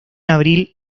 abril